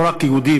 לא רק יהודים,